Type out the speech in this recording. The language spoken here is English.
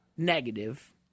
Negative